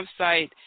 website